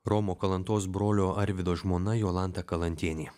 romo kalantos brolio arvydo žmona jolanta kalantienė